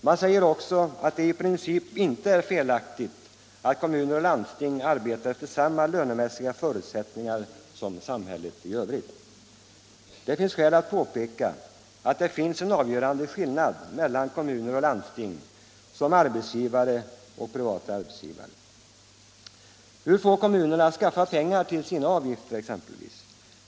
Man säger också att det i princip inte är felaktigt att kommuner och landsting arbetar efter samma lönemässiga förutsättningar som samhället i övrigt. Det finns skäl att påpeka att det föreligger en avgörande skillnad mellan kommuner och landsting som arbetsgivare och privata arbetsgivare. Hur exempelvis får kommunerna skaffa pengar till sina avgifter?